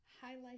Highlight